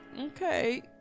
okay